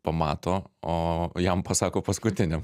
pamato o jam pasako paskutiniam